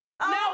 No